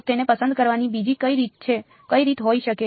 તો તેને પસંદ કરવાની બીજી કઈ રીત હોઈ શકે